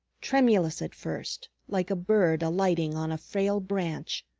tremulous at first, like a bird alighting on a frail branch,